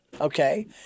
okay